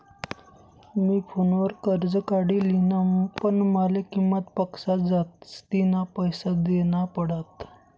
मी फोनवर कर्ज काढी लिन्ह, पण माले किंमत पक्सा जास्तीना पैसा देना पडात